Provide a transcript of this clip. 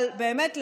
אבל באמת,